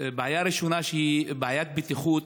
הבעיה הראשונה היא בעיית בטיחות,